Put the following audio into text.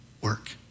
work